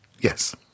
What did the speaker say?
yes